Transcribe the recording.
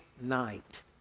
night